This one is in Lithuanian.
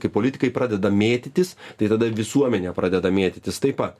kai politikai pradeda mėtytis tai tada visuomenė pradeda mėtytis taip pat